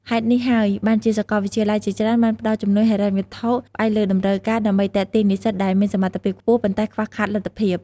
ហេតុនេះហើយបានជាសាកលវិទ្យាល័យជាច្រើនបានផ្ដល់ជំនួយហិរញ្ញវត្ថុផ្អែកលើតម្រូវការ ដើម្បីទាក់ទាញនិស្សិតដែលមានសមត្ថភាពខ្ពស់ ប៉ុន្តែខ្វះខាតលទ្ធភាព។